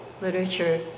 literature